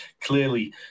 clearly